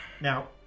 Now